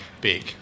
big